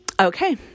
Okay